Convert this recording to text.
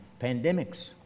pandemics